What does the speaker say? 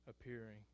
appearing